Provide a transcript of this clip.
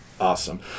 awesome